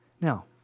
Now